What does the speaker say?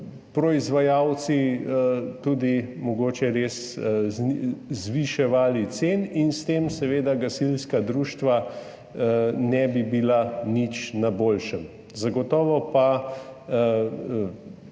proizvajalci mogoče tudi res zviševali cen in s tem seveda gasilska društva ne bi bila nič na boljšem. Zagotovo pa lahko